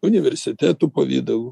universitetų pavidalu